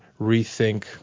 rethink